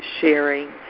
sharing